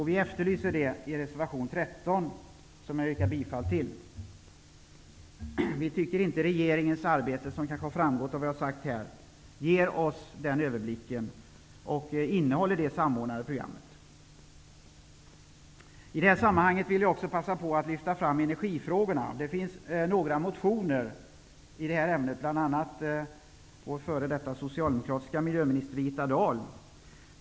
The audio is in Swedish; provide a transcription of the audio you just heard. Vi efterlyser detta i reservation 13, som jag nu yrkar bifall till. Vi tycker att regeringens arbete varken ger oss denna överblick eller innehåller detta samordnade program. I det här sammanhanget vill jag passa på och lyfta fram energifrågorna. Det har väckts några motioner i detta ämne, bl.a. från vår f.d.